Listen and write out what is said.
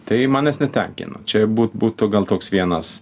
tai manęs netenkino čia būt būtų gal koks vienas